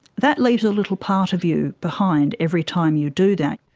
that leaves a little part of you behind every time you do that.